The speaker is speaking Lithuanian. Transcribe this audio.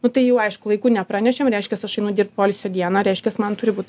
nu tai jau aišku laiku nepranešėm reiškias aš einu dirbt poilsio dieną reiškias man turi būt